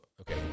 Okay